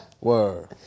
Word